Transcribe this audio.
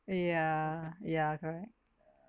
ya ya correct